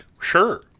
sure